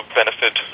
benefit